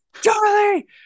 Charlie